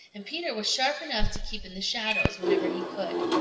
and peter was sharp enough to keep in the shadows whenever he could.